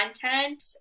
content